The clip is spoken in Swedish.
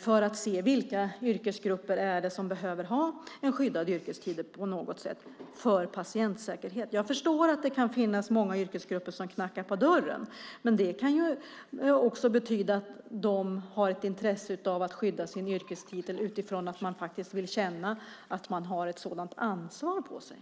för att se vilka yrkesgrupper det är som behöver ha en skyddad yrkestitel just med tanke på patientsäkerhet. Jag kan förstå att det kan finnas många yrkesgrupper som knackar på dörren, men det kan också betyda att de har ett intresse av att skydda sin yrkestitel därför att man vill känna att man har ett ansvar på sig.